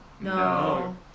No